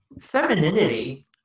femininity